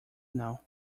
now